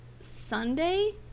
Sunday